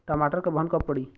टमाटर क बहन कब पड़ी?